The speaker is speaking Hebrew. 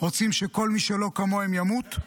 רוצים שכל מי שלא כמוהם ימות,